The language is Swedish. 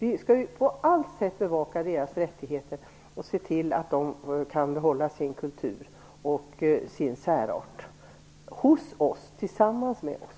Vi skall på allt sätt bevaka deras rättigheter och se till att de kan behålla sin kultur och sin särart - hos oss, tillsammans med oss.